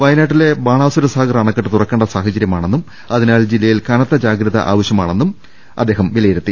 വയനാട്ടിലെ ബാണാസുരസാഗർ അണക്കെട്ട് തുറക്കേണ്ട സാഹചര്യമാണെന്നും അതി നാൽ ജില്ലയിൽ കനത്ത ജാഗ്രത ആവശ്യമാണെന്നും പിണറായി വിജയൻ വിലയിരുത്തി